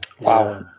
Wow